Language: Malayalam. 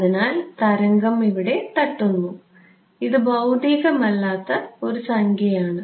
അതിനാൽ തരംഗം ഇവിടെ തട്ടുന്നു ഇത് ഭൌതികമല്ലാത്ത സംഖ്യ ആണ്